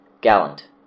gallant